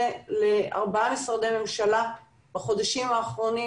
לארבעה משרדי ממשלה בחודשים האחרונים.